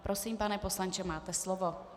Prosím, pane poslanče, máte slovo.